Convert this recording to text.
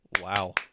Wow